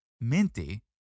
Minty